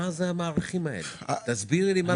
אבל